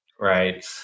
Right